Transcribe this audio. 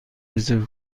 رزرو